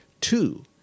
two